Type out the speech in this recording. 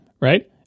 right